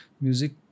music